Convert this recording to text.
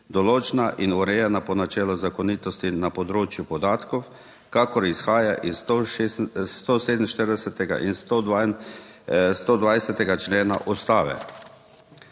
določna in urejena po načelu zakonitosti na področju podatkov, kakor izhaja iz 147. in 120. člena Ustave.